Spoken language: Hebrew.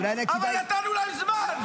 נתנו להם זמן,